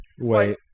wait